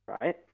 right